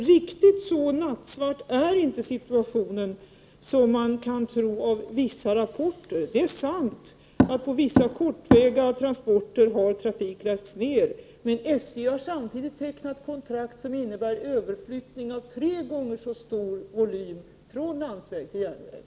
Riktigt så nattsvart som man kan tro av vissa rapporter är inte situationen. Det är sant att trafiken har lagts ner på vissa korta järnvägssträckor, men SJ har samtidigt tecknat kontrakt som innebär överflyttning av tre gånger så stor fraktvolym från landsväg till järnväg.